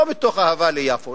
לא מתוך אהבה ליפו,